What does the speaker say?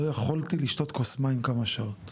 לא יכולתי לשתות כוס מים כמה שעות.